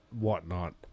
whatnot